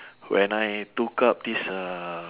when I took up this uh